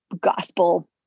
gospel